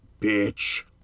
Bitch